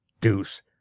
deuce